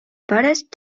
buddhist